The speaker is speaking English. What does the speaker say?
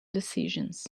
decisions